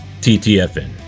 TTFN